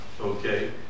Okay